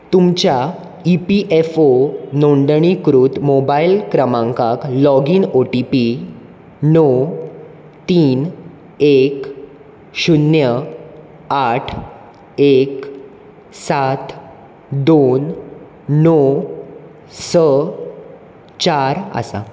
तुमच्या E P F O नोंदणीकृत mobile क्रमांकाक लॉगीन ओ टी पी णव तीन एक शुन्य आठ एक सात दोन णव स चार आसा